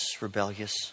rebellious